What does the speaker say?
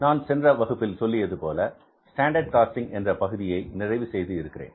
நான் சென்ற வகுப்பில் சொல்லியது போல ஸ்டாண்டர்டு காஸ்டிங் என்ற பகுதியை நிறைவு செய்து இருக்கிறேன்